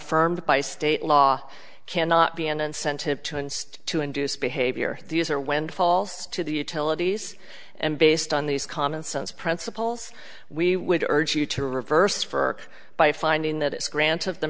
affirmed by state law cannot be an incentive to unst to induce behavior these are windfalls to the utilities and based on these common sense principles we would urge you to reverse for by finding that it's grant of the